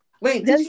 wait